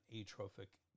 atrophic